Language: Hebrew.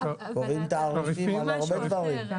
וקובעים תעריפים על הרבה דברים.